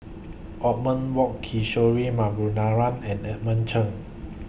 Othman Wok Kishore Mahbubani and Edmund Cheng